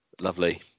lovely